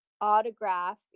autograph